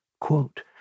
quote